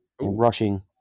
rushing